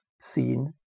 seen